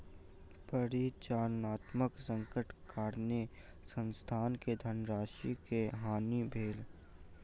परिचालनात्मक संकटक कारणेँ संस्थान के धनराशि के हानि भेल